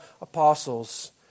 apostles